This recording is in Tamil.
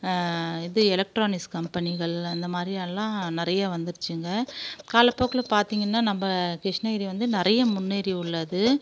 இது எலெக்ட்ரானிக்ஸ் கம்பெனிகள் அந்த மாதிரி எல்லாம் நிறைய வந்துருச்சுங்க காலப்போக்கில் பார்த்திங்கன்னா நம்ம கிருஷ்ணகிரி வந்து நிறைய முன்னேறி உள்ளது